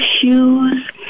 shoes